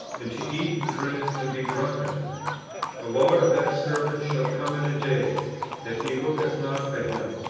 and to eat and drink and be drunken the lord of that servant shall come in a day that he looketh not for him,